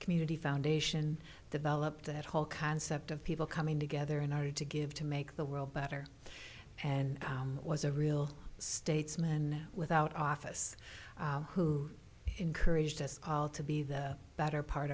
community foundation developed that whole concept of people coming together in order to give to make the world better and it was a real statesman without office who encouraged us all to be the better part